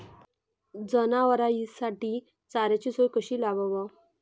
जनावराइसाठी चाऱ्याची सोय कशी लावाव?